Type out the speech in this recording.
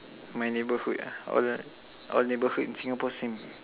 my neighborhood ah all the all neighborhood in Singapore same